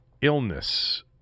illness